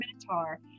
Minotaur